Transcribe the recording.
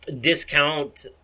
discount